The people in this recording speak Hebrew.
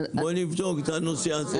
בוא נבדוק את הנושא הזה.